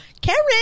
Karen